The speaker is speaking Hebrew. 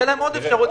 שתהיה להם עוד אפשרות,